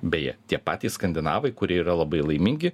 beje tie patys skandinavai kurie yra labai laimingi